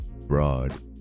broad